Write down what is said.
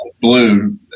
blue